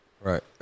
Right